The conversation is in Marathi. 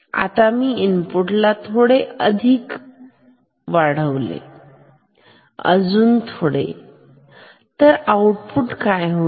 आता मी इनपुट ला थोडे अधिक केले अगदी थोडे अजून अधिक तर आउटपुट काय होईल